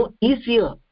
easier